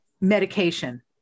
Medication